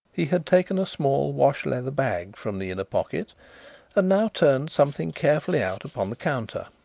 he had taken a small wash-leather bag from the inner pocket and now turned something carefully out upon the counter.